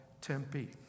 Tempe